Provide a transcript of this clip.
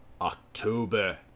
October